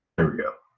there we go.